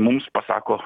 mums pasako